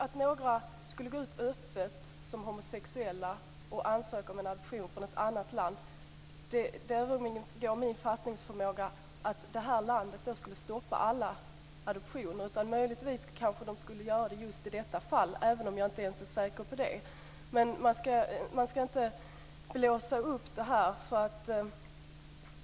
Om några skulle gå ut öppet som homosexuella och ansöka om en adoption från ett annat land övergår det min fattningsförmåga att det landet skulle stoppa alla adoptioner. Möjligtvis skulle det göra det just i detta fall, även om jag inte ens är säker på det. Man ska inte blåsa upp det.